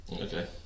Okay